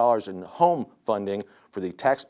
dollars in home funding for the tax